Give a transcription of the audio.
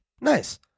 Nice